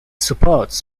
supports